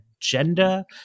agenda